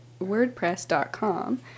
wordpress.com